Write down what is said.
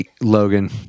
Logan